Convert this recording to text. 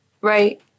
Right